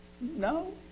No